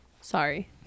Sorry